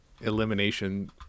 elimination